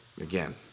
again